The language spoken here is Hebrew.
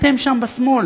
אתם שם בשמאל,